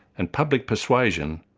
and public persuasion,